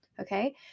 Okay